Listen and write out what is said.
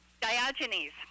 Diogenes